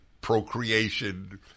procreation